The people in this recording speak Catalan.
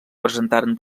presentaren